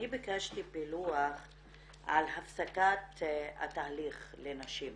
אני ביקשתי פילוח על הפסקת התהליך לנשים.